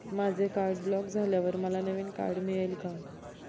माझे card block झाल्यावर मला नवीन कार्ड मिळेल का?